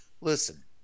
listen